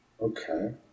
Okay